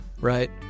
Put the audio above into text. right